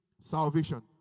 Salvation